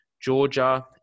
Georgia